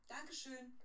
Dankeschön